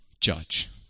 judge